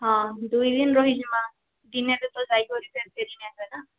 ହଁ ଦୁଇ ଦିନ୍ ରହିଯିମା ଦିନେକେ ତ ଯାଇକିରି ଫେର୍ ଫେରି ନାଇଁହୁଏ ନା